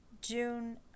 June